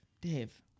Dave